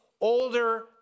older